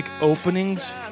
openings